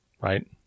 right